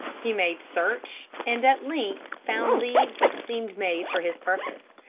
he made search and at length found leaves that seemed made for his purpose.